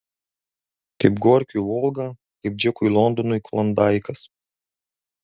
kaip gorkiui volga kaip džekui londonui klondaikas